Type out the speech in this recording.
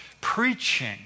preaching